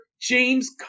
James